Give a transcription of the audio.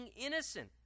innocent